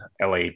LA